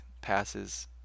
passes